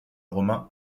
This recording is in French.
romain